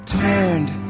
turned